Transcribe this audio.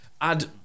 add